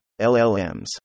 LLMs